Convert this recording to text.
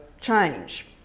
change